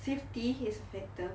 safety is vector